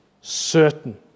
certain